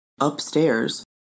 upstairs